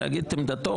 להגיד את עמדתו.